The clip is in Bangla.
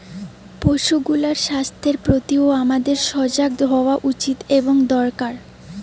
পশুগুলার স্বাস্থ্যের প্রতিও আমাদের সজাগ হওয়া উচিত এবং দরকার